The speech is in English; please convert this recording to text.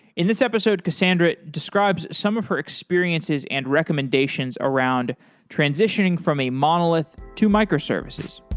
in this episode, cassandra describes some of her experiences and recommendations around transitioning from a monolith to microservices.